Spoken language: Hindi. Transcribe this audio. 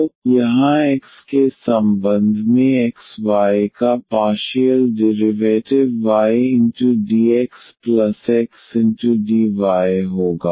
तो यहाँ x के संबंध में xy का पार्शियल डिरिवैटिव ydxxdy होगा